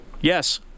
Yes